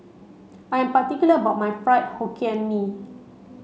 I am particular about my Fried Hokkien Mee